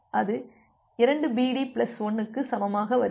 எனவே அது 2BD plus 1 க்கு சமமாக வருகிறது